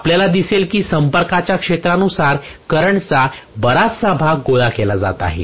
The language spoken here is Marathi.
आपल्याला दिसेल की संपर्काच्या क्षेत्रानुसार करंट चा बराचसा भाग गोळा केला जात आहे